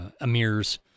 emirs